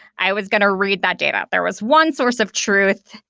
i was going to read that data. there was one source of truth.